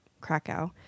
Krakow